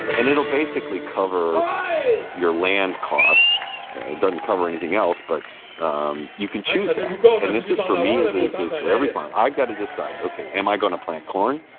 and it'll basically cover your land cost. it doesn't cover anything else. but um you can choose that. and this is for me as it is for every farmer i've got to decide, ok, am i going to plant corn?